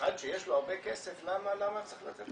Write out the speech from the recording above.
אחד שיש לו הרבה כסף למה צריך לתת לו?